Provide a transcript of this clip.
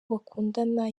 bakundana